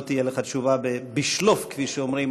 לא תהיה לך תשובה ב"שלוף" כפי שאומרים,